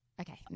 Okay